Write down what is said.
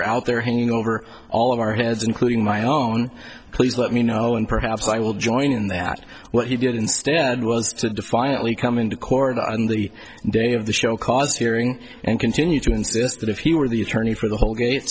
are out there hanging over all of our heads including my own please let me know and perhaps i will join in that what he did instead was to defiantly come into court on the day of the show cause hearing and continue to insist that if he were the attorney for the whole ga